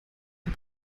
den